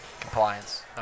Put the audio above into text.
Compliance